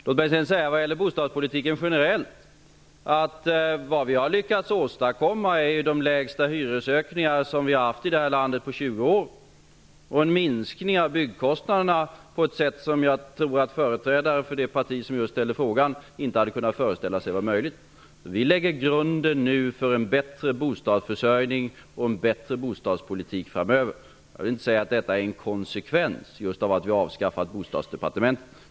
Låt mig vad gäller bostadspolitiken generellt säga att det vi har lyckats åstadkomma är de lägsta hyresökningar som vi har haft i det här landet på 20 år och en minskning av byggkostnaderna på ett sätt som jag tror att företrädare för det parti varifrån frågeställaren kommer inte hade kunnat föreställa sig var möjlig. Vi lägger nu grunden för en bättre bostadsförsörjning och en bättre bostadspolitik framöver. Jag vill inte säga att detta är en konsekvens just av att vi har avskaffat bostadsdepartementet.